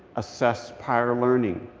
assess prior learning.